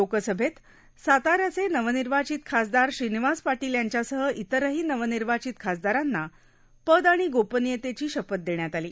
लोकसभेत साताऱ्याचे नवनिर्वाचित खासदार श्रीनिवास पाटील यांच्यासह इतरही नवनिर्वाचित खासदारांना पद आणि गोपनीयतेची शपथ देण्यात आली